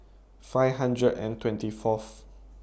five hundred and twenty Fourth